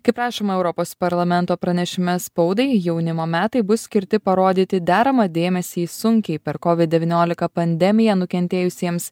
kaip rašoma europos parlamento pranešime spaudai jaunimo metai bus skirti parodyti deramą dėmesį sunkiai per kovid devyniolika pandemiją nukentėjusiems